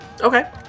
Okay